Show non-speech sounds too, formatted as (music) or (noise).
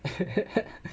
(laughs)